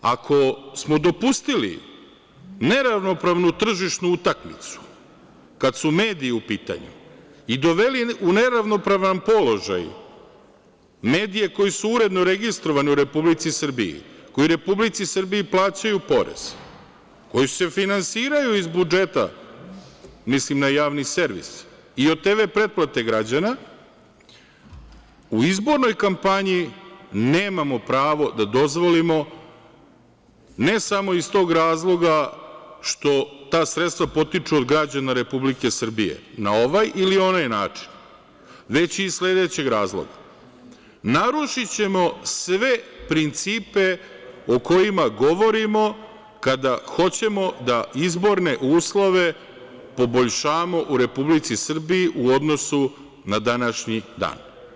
Ako smo dopustili neravnopravnu tržišnu utakmicu kada su mediji u pitanju i doveli u neravnopravan položaj medije koji su uredno registrovani u Republici Srbiji, koji Republici Srbiji plaćaju porez, koji se finansiraju iz budžeta, mislim na Javni servis, i od TV pretplate građana u izbornoj kampanji nemamo pravo da dozvolimo ne samo iz tog razloga što ta sredstva potiču od građana Republike Srbije na ovaj ili onaj način, već i iz sledećeg razloga – narušićemo sve principe o kojima govorimo kada hoćemo da izborne uslove poboljšamo u Republici Srbiji u odnosu na današnji dan.